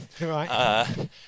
Right